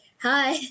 hi